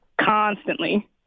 Constantly